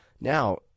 Now